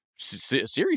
serious